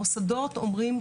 המוסדות אומרים,